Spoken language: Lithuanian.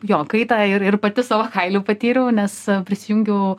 jo kaitą ir ir pati savo kailiu patyriau nes prisijungiau